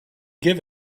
give